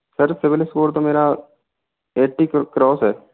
sir civil score तो मेरा eighty क्र क्रॉस है